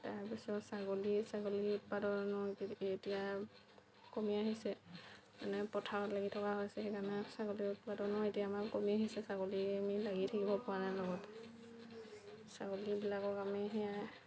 তাৰপিছত ছাগলী ছাগলীৰ উৎপাদনো এইকেইদিন এতিয়া কমি আহিছে মানে পথাৰত লাগি থকা হৈছে সেইকাৰণে ছাগলীৰ উৎপাদনো এতিয়া আমাৰ কমি আহিছে ছাগলী আমি লাগি থাকিব পৰা নাই লগত ছাগলীবিলাকক আমি সেয়া